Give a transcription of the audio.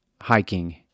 hiking